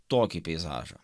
tokį peizažą